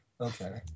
Okay